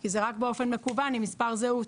כי זה רק באופן מקוון עם מספר זהות,